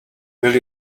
will